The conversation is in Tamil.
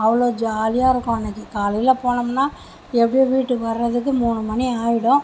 அவ்வளோ ஜாலியாக இருக்கும் அன்னிக்கி காலையில் போனோம்னா எப்படியும் வீட்டுக்கு வர்றதுக்கு மூணு மணி ஆகிடும்